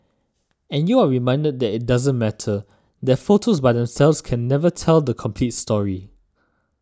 and you are reminded that it doesn't matter that photos by themselves can never tell the complete story